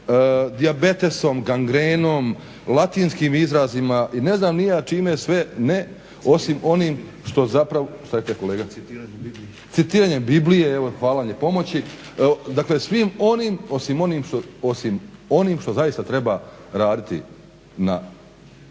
dijabetesom, gangrenom, latinskim izrazima i ne znam ni ja čime sve ne, osim onim što zapravo… … /Upadica se ne razumije./… Citiranjem Biblije, hvala na pomoći, dakle svim onim osim onim što zaista treba raditi na